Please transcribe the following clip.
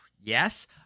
yes